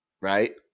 Right